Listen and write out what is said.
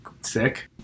sick